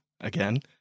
again